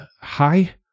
hi